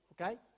okay